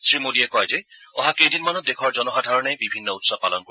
শ্ৰীমোদীয় কয় যে অহা কেইদিনমানত দেশৰ জনসাধাৰণে বিভিন্ন উৎসৱ পালন কৰিব